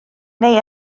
neu